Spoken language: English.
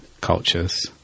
cultures